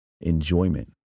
enjoyment